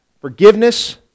Forgiveness